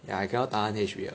ya I cannot tahan H_B_L